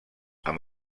amb